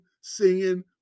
singing